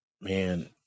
Man